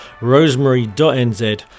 Rosemary.NZ